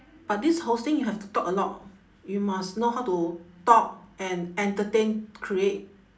but this hosting you have to talk a lot you must know how to talk and entertain create